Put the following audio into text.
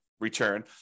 return